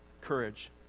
courage